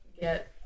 get